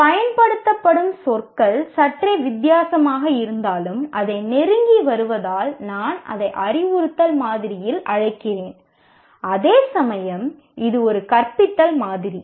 பயன்படுத்தப்படும் சொற்கள் சற்றே வித்தியாசமாக இருந்தாலும் அதை நெருங்கி வருவதால் நான் அதை அறிவுறுத்தல் மாதிரியில் அழைக்கிறேன் அதேசமயம் இது ஒரு கற்பித்தல் மாதிரி